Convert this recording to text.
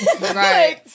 Right